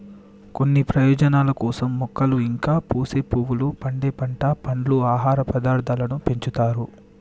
కొన్ని ప్రయోజనాల కోసం మొక్కలు ఇంకా పూసే పువ్వులు, పండే పంట, పండ్లు, ఆహార పదార్థాలను పెంచుతారు